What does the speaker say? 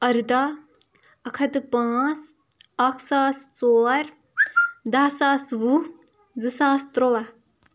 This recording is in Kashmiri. اَرداہ اَکھ ہَتھ تہٕ پانٛژھ اَکھ ساس ژور دَہ ساس وُہ زٕ ساس تُرٛواہ